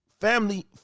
Family